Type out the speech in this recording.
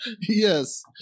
Yes